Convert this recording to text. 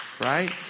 Right